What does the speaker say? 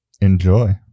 Enjoy